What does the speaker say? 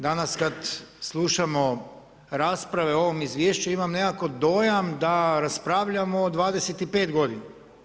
Danas kada slušamo rasprave o ovom izvješću imamo nekako dojam da raspravljamo o 25 godina.